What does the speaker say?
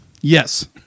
Yes